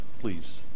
please